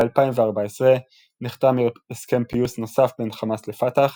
ב-2014 נחתם הסכם פיוס נוסף בין חמאס לפת"ח